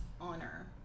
honor